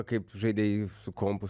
kaip žaidei su kompu